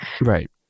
Right